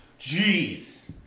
Jeez